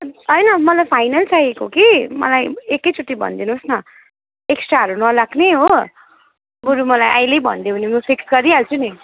होइन मलाई फाइनल चाहिएको कि मलाई एकैचोटि भनिदिनु होस् न एक्स्ट्राहरू नलाग्ने हो बरू मलाई अहिल्यै भनिदियो भने म फिक्स पारिहाल्छु नि